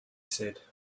said